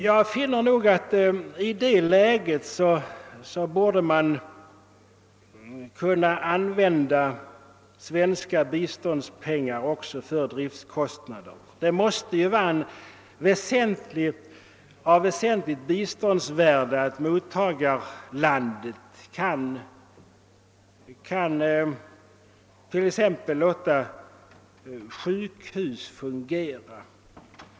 Jag anser att man i det läget borde kunna använda svenska biståndspengar också för driftkostnader. Det måste vara av väsentligt biståndsvärde för ett mottagarland satt t.ex. sjukhus fungerar.